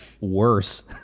worse